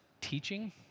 teaching